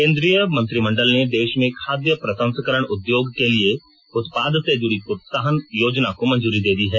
केंद्रीय मंत्रिमंडल ने देश में खाद्य प्रसंस्करण उद्योग के लिए उत्पादन से जुड़ी प्रोत्साहन योजना को मंजूरी दे दी है